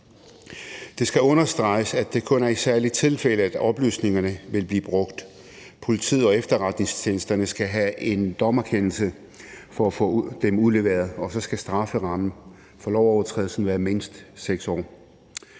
Det skal understreges, at det kun er i særlige tilfælde, at oplysningerne vil blive brugt. Politiet og efterretningstjenesterne skal have en dommerkendelse for at få dem udleveret, og så skal strafferammen for lovovertrædelsen være mindst 6 år.